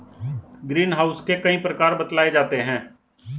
green house के कई प्रकार बतलाए जाते हैं